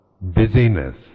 busyness